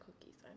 cookies